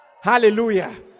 Hallelujah